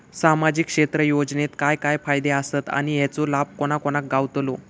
सामजिक क्षेत्र योजनेत काय काय फायदे आसत आणि हेचो लाभ कोणा कोणाक गावतलो?